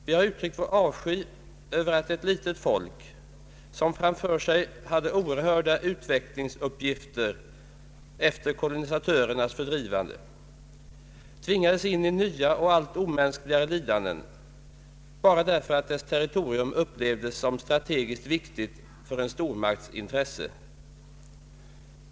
Vi har uttryckt vår avsky över att ett litet folk, som framför sig hade oerhörda utvecklingsuppgifter efter kolonisatörernas fördrivande, tvingades in i nya och allt omänskligare lidanden, bara därför att dess territorium upplevdes som strategiskt viktigt för en stormakts intressen.